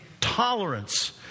tolerance